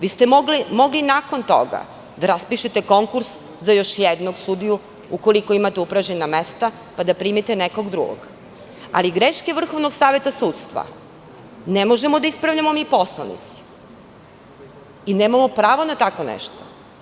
Vi ste mogli i nakon toga da raspišete konkurs za još jednog sudiju, ukoliko imate upražnjena mesta, pa da primite nekog drugog, ali greške Vrhovnog saveta sudstva ne možemo da ispravljamo mi poslanici i nemamo pravo na tako nešto.